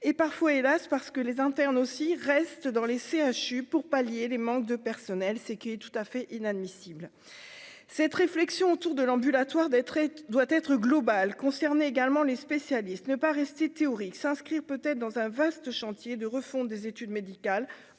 et parfois, hélas, parce que les internes aussi reste dans les CHU, pour pallier les manques de personnel, c'est qu'il est tout à fait inadmissible cette réflexion autour de l'ambulatoire d'être, elle doit être globale, concerner également les spécialistes : ne pas rester théorique s'inscrire, peut-être dans un vaste chantier de refonte des études médicales,